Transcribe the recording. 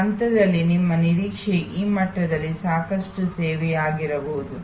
ಆ ಹಂತದಲ್ಲಿ ನಿಮ್ಮ ನಿರೀಕ್ಷೆಯು ಈ ಮಟ್ಟದಲ್ಲಿ ಸಾಕಷ್ಟು ಸೇವೆಯಾಗಿರಬಹುದು